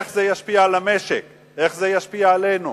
איך זה ישפיע על המשק, איך זה ישפיע עלינו.